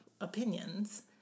opinions